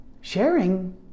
sharing